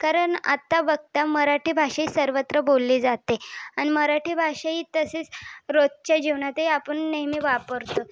कारण आता बघता मराठी भाषा ही सर्वत्र बोलली जाते आणि मराठी भाषा ही तसेच रोजच्या जीवनातही आपण नेहमी वापरतो